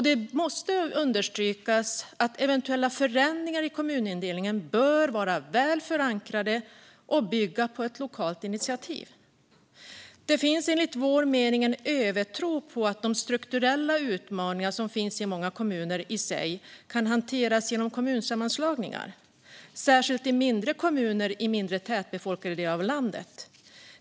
Det måste understrykas att eventuella förändringar i kommunindelningen bör vara väl förankrade och bygga på ett lokalt initiativ. Det finns enligt vår mening en övertro på att de strukturella utmaningar som finns i många kommuner i sig kan hanteras genom kommunsammanslagningar särskilt i mindre kommuner i mindre tätbefolkade delar av landet.